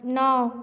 नओ